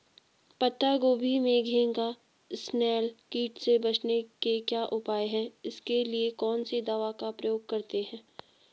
पत्ता गोभी में घैंघा इसनैल कीट से बचने के क्या उपाय हैं इसके लिए कौन सी दवा का प्रयोग करते हैं?